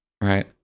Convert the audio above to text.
right